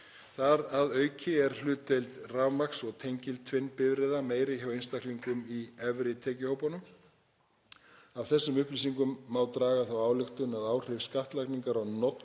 Þar að auki er hlutdeild rafmagns- og tengiltvinnbifreiða meiri hjá einstaklingum í efri tekjuhópum. Af þessum upplýsingum má draga þá ályktun að áhrif skattlagningar á notkun